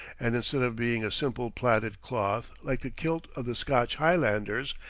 and instead of being a simple plaited cloth, like the kilt of the scotch highlanders,